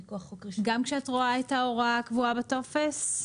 גם כשאת רואה את ההוראה הקבועה בטופס?